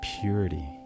purity